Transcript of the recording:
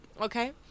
okay